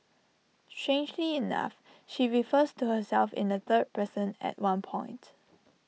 strangely enough she refers to herself in the third person at one point